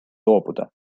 loobuda